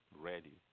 Ready